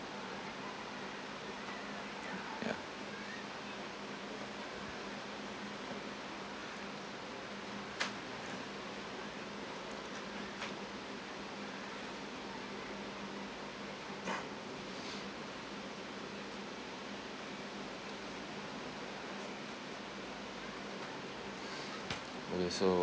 ya okay so